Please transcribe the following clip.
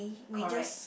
correct